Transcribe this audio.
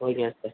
okay sir